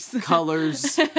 colors